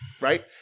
right